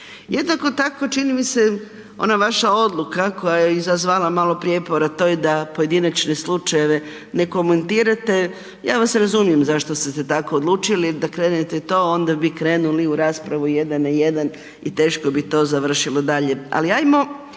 Jednako tako čini mi se, ona vaša odluka koja je izazvala malo prijepora a to je da pojedinačne slučajeve ne komentirate, ja vas razumijem zašto ste se tako odlučili, da krenete to, onda bi krenuli u raspravu jedan na jedan i teško bi to završilo dalje ali ajmo